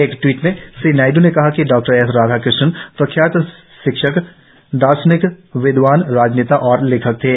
एक ट्वीट में श्री नायडू ने कहा कि डॉक्टर एस राधाकृष्णन प्रख्यात शिक्षक दार्शनिक विद्वान राजनेता और लेखक थे